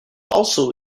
also